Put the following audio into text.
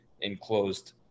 enclosed